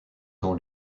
dans